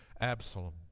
absalom